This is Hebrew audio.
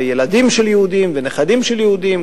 וילדים של יהודים ונכדים של יהודים,